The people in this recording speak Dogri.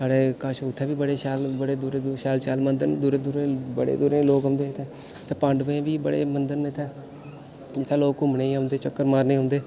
साढ़े कश उत्थें बी बड़े शैल बड़े दूरा दूरा बड़े शैल शैल मंदर न बड़े दूरा दूरा लोक औंदे न उत्थें ते पांडवें दे बी बड़े मंदर न इत्थें जित्थें लोक घुम्मने गी औंदे चक्कर मारने गी औंदे